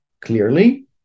clearly